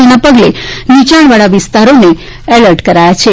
જેના પગલે નીચાણવાળા વિસ્તારોને એલર્ટ કરાયા છે